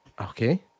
okay